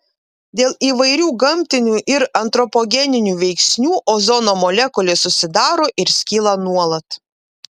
dėl įvairių gamtinių ir antropogeninių veiksnių ozono molekulės susidaro ir skyla nuolat